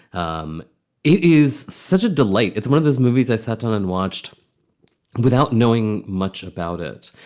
um it is such a delight. it's one of those movies i sat down and watched without knowing much about it.